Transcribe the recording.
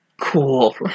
cool